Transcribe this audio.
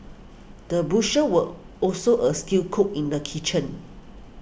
the butcher were also a skilled cook in the kitchen